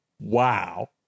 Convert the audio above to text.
wow